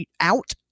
out